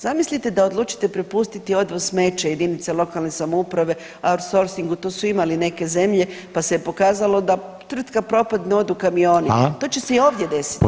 Zamislite da odlučite prepustiti odvoz smeća jedinica lokalne samouprave outsourcingu, to su imale neke zemlje pa se je pokazalo da tvrtka propadne, odu kamioni [[Upadica: Hvala.]] to će se i ovdje desiti.